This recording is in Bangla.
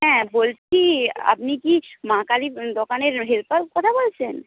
হ্যাঁ বলছি আপনি কি মা কালী দোকানের হেল্পার কথা বলছেন